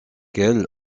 kiel